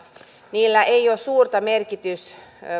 ei ole suurta merkitystä